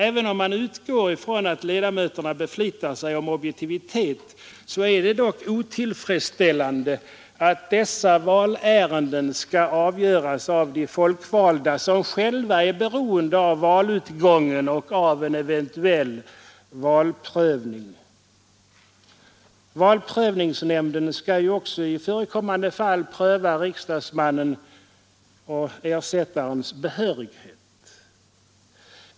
Även om man utgår från att ledamöterna beflitar sig om objektivitet, så är det dock otillfredsställande att dessa valärenden skall avgöras av de folkvalda, som själva är beroende av valutgången och av en eventuell valprövning. Valprövningsnämnden skall ju också i förekommande fall pröva riksdagsmannens och ersättarens behörighet.